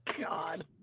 God